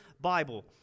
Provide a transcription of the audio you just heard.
Bible